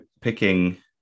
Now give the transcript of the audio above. picking